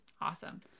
awesome